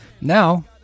Now